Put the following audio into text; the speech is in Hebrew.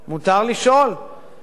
לא חייבים להגיד שבגלל זה,